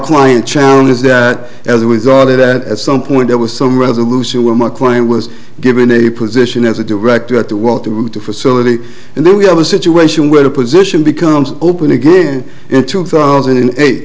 client challenges that as a result of that at some point there was some resolution where my client was given a position as a director at the water with the facility and then we have a situation where the position becomes open again in two thousand and